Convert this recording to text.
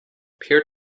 peer